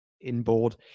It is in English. inboard